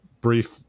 brief